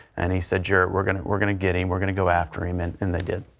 and he said you're we're going to we're going to get him we're going to go after him and and they did.